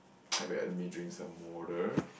I may have let me drink some water